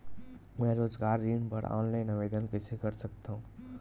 मैं रोजगार ऋण बर ऑनलाइन आवेदन कइसे कर सकथव?